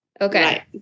Okay